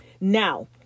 Now